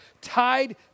tied